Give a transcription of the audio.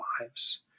lives